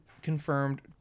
confirmed